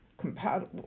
compatible